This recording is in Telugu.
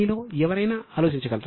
మీలో ఎవరైనా ఆలోచించగలరా